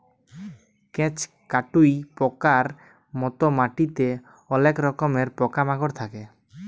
কেঁচ, কাটুই পকার মত মাটিতে অলেক রকমের পকা মাকড় থাক্যে